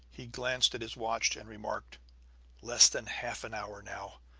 he glanced at his watch and remarked less than half an hour now.